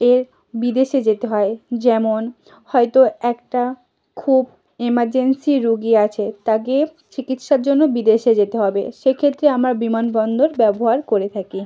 এর বিদেশে যেতে হয় যেমন হয়তো একটা খুব ইমারজেন্সি রোগী আছে তাকে চিকিৎসার জন্য বিদেশে যেতে হবে সেক্ষেত্রে আমরা বিমানবন্দর ব্যবহার করে থাকি